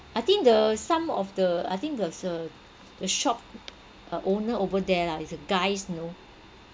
I think the some of the I think that's a the shop uh owner over there lah it's a guys know